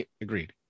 agreed